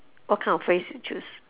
what kind of phrase you choose